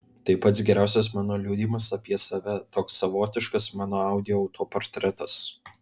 tai pats geriausias mano liudijimas apie save toks savotiškas mano audio autoportretas